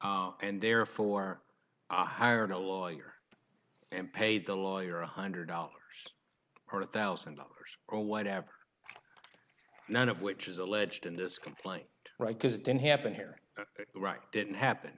d and therefore i hired a lawyer and paid the lawyer one hundred dollars or one thousand dollars or whatever none of which is alleged in this complaint right because it didn't happen here right didn't happen